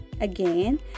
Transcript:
Again